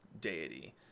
deity